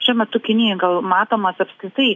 šiuo metu kinijoj gal matomas apskritai